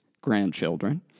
grandchildren